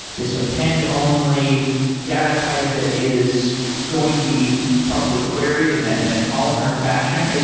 this append only data type that is going to be probably queried in a and columnar fashion,